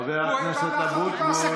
חבר הכנסת אבוטבול.